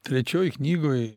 trečioj knygoj